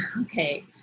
okay